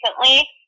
recently